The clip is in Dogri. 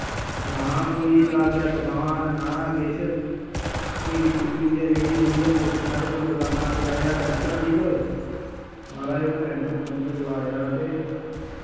नां कोई लागै दकान नां किश त्रिड़ी त्रूड़ियै रेड़ी रूढ़ियै मोटरसैकल कुतै दकाना पजाया पैंचर आह्ली पर माराज उ'नै पैंचर पुंचर लाया ते